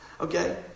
Okay